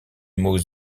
mots